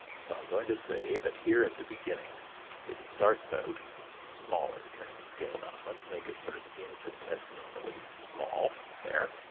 so, i'm going to say that here at the beginning it starts out smaller turning the scale down lets make it sort of infinitesimally small, there.